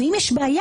ואם יש בעיה,